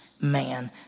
man